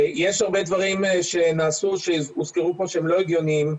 יש הרבה דברים שנעשו שהוזכרו פה שהם לא הגיוניים.